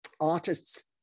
artist's